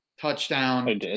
touchdown